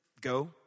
go